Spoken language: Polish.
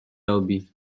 robi